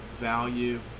value